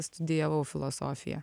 studijavau filosofiją